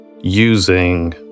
using